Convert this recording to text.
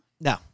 No